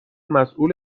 مسئول